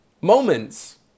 Moments